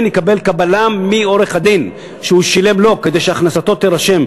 יקבל קבלה מעורך-הדין שהוא שילם לו כדי שהכנסתו תירשם,